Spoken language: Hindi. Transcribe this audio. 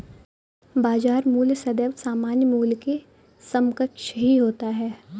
बाजार मूल्य सदैव सामान्य मूल्य के समकक्ष ही होता है